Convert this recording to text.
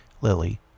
Lily